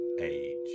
age